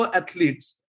athletes